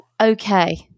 Okay